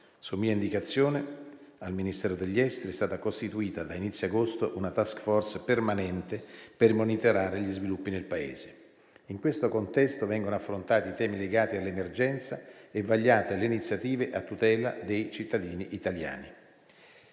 Su mia indicazione al Ministero degli esteri è stata costituita, da inizio agosto, una *task force* permanente per monitorare gli sviluppi nel Paese. In questo contesto vengono affrontati i temi legati all'emergenza e vagliate le iniziative a tutela dei cittadini italiani.